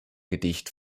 gedicht